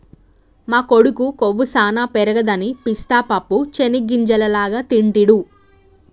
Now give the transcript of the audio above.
మా కొడుకు కొవ్వు సానా పెరగదని పిస్తా పప్పు చేనిగ్గింజల లాగా తింటిడు